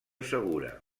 segura